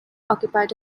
occupied